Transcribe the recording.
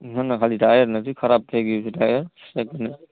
ના ના ખાલી ટાયર નથી ખરાબ થઇ ગઈ છે ટાયર એટલે